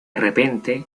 repente